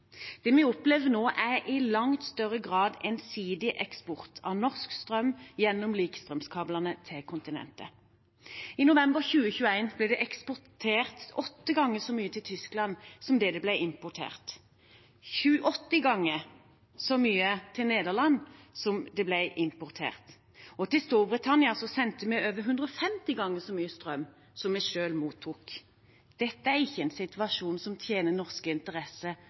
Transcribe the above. Det vi opplever nå, er i langt større grad ensidig eksport av norsk strøm gjennom likestrømskablene til kontinentet. I november 2021 ble det eksportert 8 ganger så mye til Tyskland som det ble importert, 28 ganger så mye til Nederland som det ble importert, og til Storbritannia sendte vi over 150 ganger så mye strøm som vi selv mottok. Dette er ikke en situasjon som tjener norske interesser